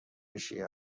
شیعه